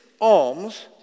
alms